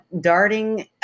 darting